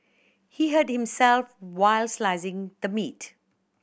he hurt himself while slicing the meat